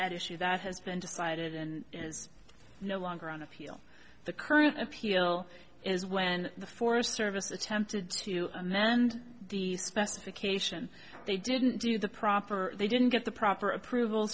at issue that has been decided and is no longer on appeal the current appeal is when the forest service attempted to amend the specification they didn't do the proper they didn't get the proper approval